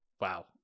wow